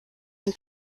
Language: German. den